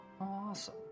awesome